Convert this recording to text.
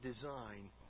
design